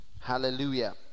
Hallelujah